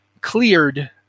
cleared